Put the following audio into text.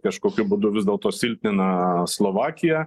kažkokiu būdu vis dėlto silpnina slovakiją